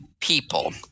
people